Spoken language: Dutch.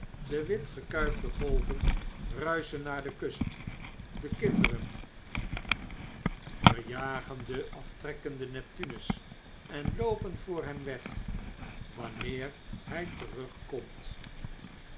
de witgekuifde golven ruischen naar de kust de kinderen verjagen den aftrekkenden neptunus en loo pen voor hem wanneer hij terugkomt